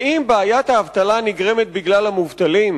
האם בעיית האבטלה נגרמת בגלל המובטלים?